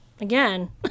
again